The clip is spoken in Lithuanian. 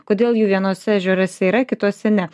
kodėl jų vienuose ežeruose yra kituose ne